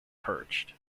perched